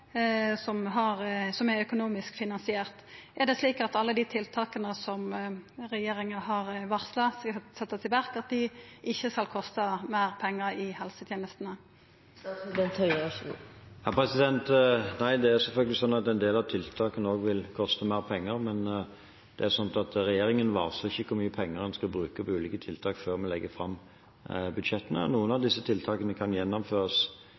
ei barnevernshelsereform som er økonomisk finansiert. Er det slik at alle dei tiltaka som regjeringa har varsla skal setjast i verk, ikkje skal kosta meir pengar for helsetenestene? Nei, det er selvfølgelig sånn at en del av tiltakene vil koste mer penger, men regjeringen varsler ikke hvor mye penger en skal bruke på ulike tiltak før vi legger fram budsjettene. Noen av disse tiltakene kan gjennomføres